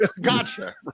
Gotcha